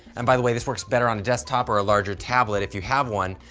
and by the way, this works better on a desktop or a larger tablet if you have one,